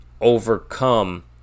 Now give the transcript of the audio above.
overcome